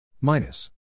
minus